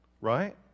right